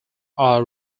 are